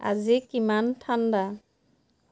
আজি কিমান ঠাণ্ডা